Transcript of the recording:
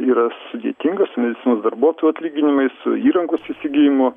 yra sudėtinga su medicinos darbuotojų atlyginimais su įrangos įsigijimu